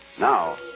Now